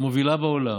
מובילה בעולם,